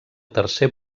tercer